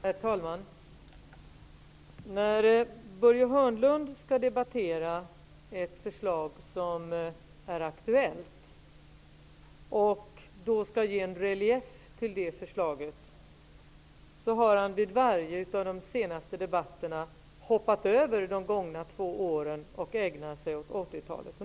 Herr talman! När Börje Hörnlund skall debattera ett aktuellt förslag och ge en relief till det förslaget har han vid varje av de senaste debatterna hoppat över de två senaste åren och ägnat sig åt 80-talet.